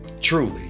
truly